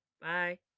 bye